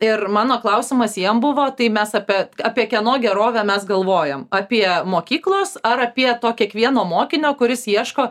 ir mano klausimas jiem buvo tai mes apie apie kieno gerovę mes galvojam apie mokyklos ar apie to kiekvieno mokinio kuris ieško